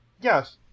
Yes